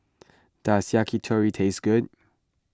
does Yakitori taste good